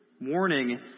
warning